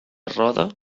roda